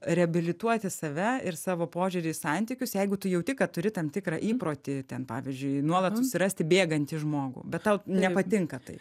reabilituoti save ir savo požiūrį į santykius jeigu tu jauti kad turi tam tikrą įprotį ten pavyzdžiui nuolat susirasti bėgantį žmogų bet tau nepatinka tai